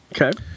okay